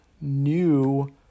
new